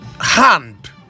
hand